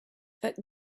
that